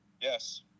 Yes